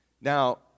Now